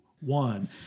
one